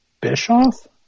Bischoff